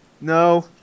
no